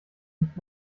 nicht